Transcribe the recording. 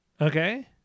Okay